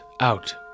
out